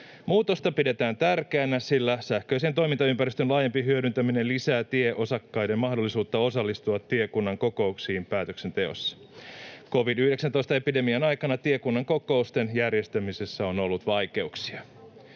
Muutosta pidetään tärkeänä, sillä sähköisen toimintaympäristön laajempi hyödyntäminen lisää tieosakkaiden mahdollisuutta osallistua päätöksentekoon tiekunnan kokouksissa. Covid-19-epidemian aikana tiekunnan kokousten järjestämisessä on ollut vaikeuksia.